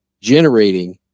generating